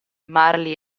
marley